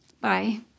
Bye